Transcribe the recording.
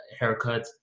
haircuts